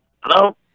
Hello